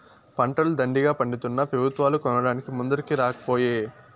పంటలు దండిగా పండితున్నా పెబుత్వాలు కొనడానికి ముందరికి రాకపోయే